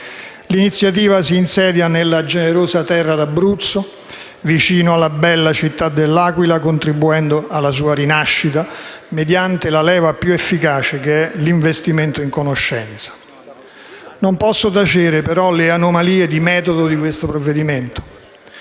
L'iniziativa si insedia nella generosa terra d'Abruzzo, vicino alla bella città dell'Aquila, contribuendo alla sua rinascita mediante la leva più efficace, che è l'investimento in conoscenza. Non posso però tacere le anomalie di metodo del provvedimento